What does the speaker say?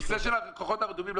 הנושא של הלקוחות הרדומים,